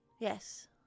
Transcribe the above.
Yes